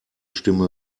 stimme